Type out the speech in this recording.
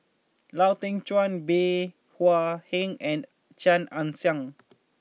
Lau Teng Chuan Bey Hua Heng and Chia Ann Siang